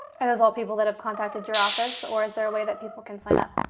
and was all people that have contacted your office or is there a way that people can sign up?